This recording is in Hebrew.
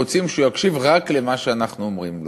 ואנחנו רוצים שהוא יקשיב רק למה שאנחנו אומרים לו,